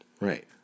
Right